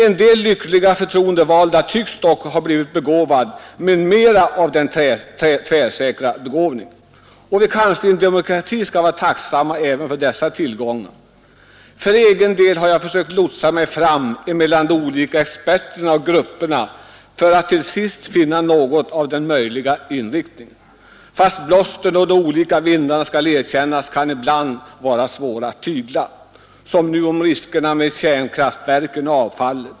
En del lyckliga förtroendevalda tycks dock ha blivit begåvade med mera av tvärsäkerhet, och vi skall kanske i en demokrati vara tacksamma även för dessa tillgångar. För egen del har jag försökt lotsa mig fram mellan de olika experterna och grupperna för att till sist finna något av den möjliga inriktningen, fast det skall erkännas att det ibland kan vara svårt att tygla blåsten och de olika vindarna, som nu i fråga om riskerna med kärnkraftverken och avfallet.